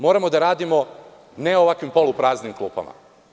Moramo da radimo ne u ovakvo polupraznim klupama.